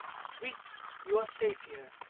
sweet, you are safe here.